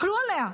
תסתכלו עליה,